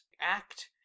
act